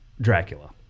Dracula